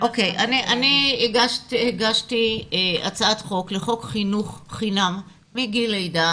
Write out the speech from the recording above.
אני הגשתי הצעת חוק לחוק חינוך חינם מגיל לידה